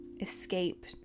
escape